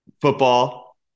Football